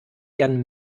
gern